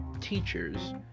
teachers